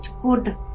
good